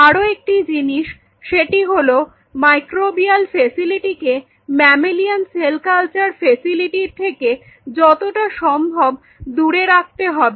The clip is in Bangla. আরো একটি জিনিস সেটি হল মাইক্রোবিয়াল ফেসিলিটিকে ম্যামেলিয়ন সেল কালচার ফেসিলিটির থেকে যতটা সম্ভব দূরে রাখতে হবে